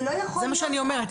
זה מה שאני אומרת.